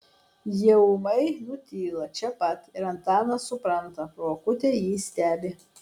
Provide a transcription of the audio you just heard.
jie ūmai nutyla čia pat ir antanas supranta pro akutę jį stebi